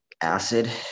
acid